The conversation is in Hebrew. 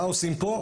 מה עושים פה?